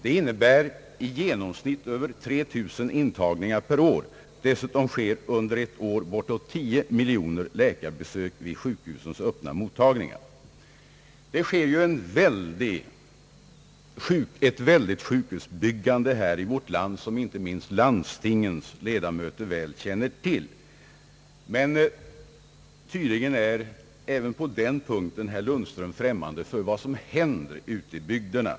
Det innebär i genomsnitt över 3 000 intagningar per dag, dessutom sker under ett år bortåt 10 miljoner läkarbesök vid sjukhusens öppna mottagningar. Det sker ju ett väldigt sjukhusbyggande här i vårt land, som inte minst landstingens ledamöter väl känner till. Men tydligen är herr Lundström även på den punkten främmande för vad som händer ute i bygderna.